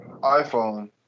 iPhone